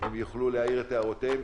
והם יוכלו להעיר את הערותיהם.